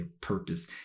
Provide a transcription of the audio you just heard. purpose